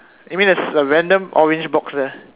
you mean there's a random orange box there